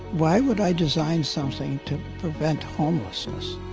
why would i design something to prevent homelessness?